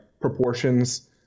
proportions